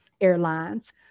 airlines